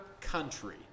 country